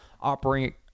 operating